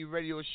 Radio